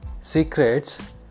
secrets